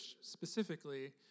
specifically